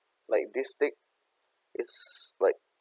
like this thick it's like